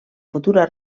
futura